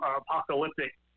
apocalyptic